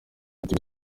ati